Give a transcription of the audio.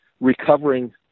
recovering –